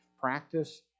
practice